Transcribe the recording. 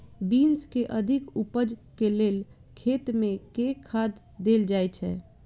Beans केँ अधिक उपज केँ लेल खेत मे केँ खाद देल जाए छैय?